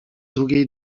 drugiej